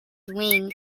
wing